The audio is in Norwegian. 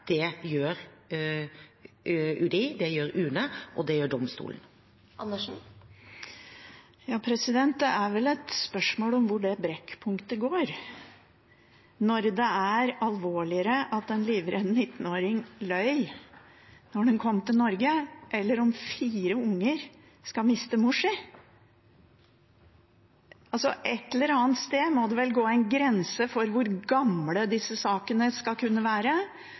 Det gjør UDI, det gjør UNE, og det gjør domstolen. Det er vel et spørsmål om hvor det brekkpunktet går når det er alvorligere at en livredd 19-åring løy da hun kom til Norge, enn at fire unger skal miste mor si. Et eller annet sted må det vel gå en grense for hvor gamle disse sakene skal kunne være,